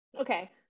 okay